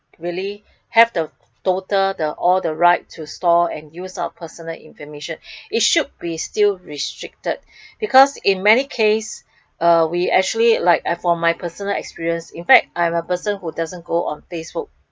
really have the total the all the right to store and use our personal information it should be still restricted because in many case uh we actually like uh for my personal experience in fact I my person who doesn't go on facebook